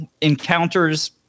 encounters